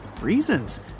reasons